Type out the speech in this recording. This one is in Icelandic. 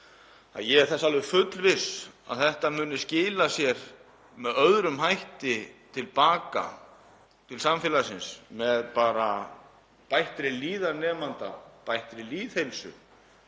og ég er þess alveg fullviss að þetta muni skila sér með öðrum hætti til baka til samfélagsins með bættri líðan nemenda, bættri lýðheilsu